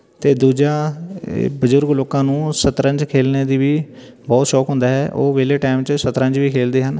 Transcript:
ਅਤੇ ਦੂਜਾ ਬਜ਼ੁਰਗ ਲੋਕਾਂ ਨੂੰ ਸ਼ਤਰੰਜ ਖੇਡਣੇ ਦਾ ਵੀ ਬਹੁਤ ਸ਼ੌਕ ਹੁੰਦਾ ਹੈ ਉਹ ਵਿਹਲੇ ਟਾਈਮ 'ਚ ਸਤਰੰਜ ਵੀ ਖੇਡਦੇ ਹਨ